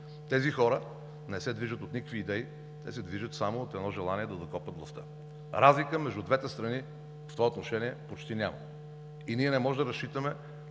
Тези хора не се движат от никакви идеи. Те се движат само от едно желание – да докопат властта. Разлика между двете страни в това отношение почти няма. И ние не можем да разчитаме